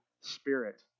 spirit